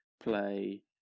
play